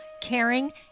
caring